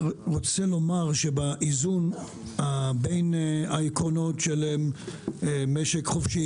באיזון בין העקרונות של משק חופשי,